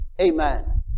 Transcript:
Amen